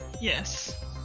Yes